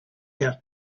out